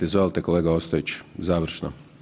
Izvolite kolega Ostojić, završno.